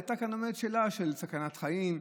הייתה כאן באמת שאלה של סכנת חיים,